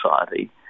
society